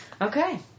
Okay